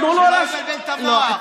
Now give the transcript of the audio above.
שלא יבלבל את המוח, שירד.